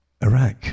Iraq